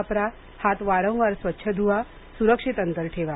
वापरा हात वारंवार स्वच्छ धुवा सुरक्षित अंतर ठेवा